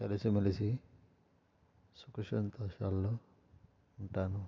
కలిసి మెలిసి సుఖ సంతోషాలను ఉంటాను